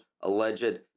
alleged